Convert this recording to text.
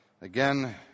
again